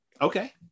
Okay